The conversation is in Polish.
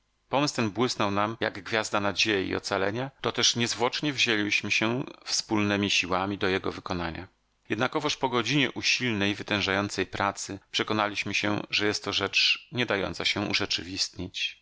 ten błysnął nam jak gwiazda nadziei i ocalenia to też niezwłocznie wzięliśmy się wspólnemi siłami do jego wykonania jednakowoż po godzinie usilnej wytężającej pracy przekonaliśmy się że jest to rzecz nie dająca się urzeczywistnić